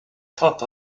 top